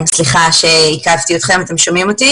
לכולם.